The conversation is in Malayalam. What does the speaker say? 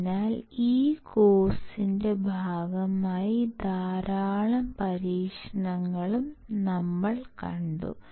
അതിനാൽ ഈ കോഴ്സിന്റെ ഭാഗമായി ധാരാളം പരീക്ഷണങ്ങളും നമ്മൾ കാണും